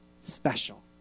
special